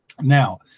Now